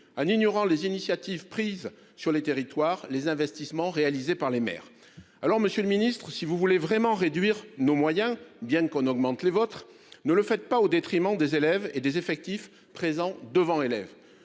en ignorant les initiatives prises sur les territoires et les investissements réalisés par les maires. Monsieur le ministre, si vous voulez vraiment réduire nos moyens, bien qu'on augmente les vôtres, ne le faites pas au détriment des élèves et des effectifs présents devant ces élèves.